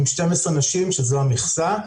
עם 12 נשים שזו המכסה,